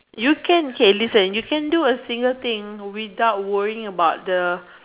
you can okay listen you can do a single thing without worrying about the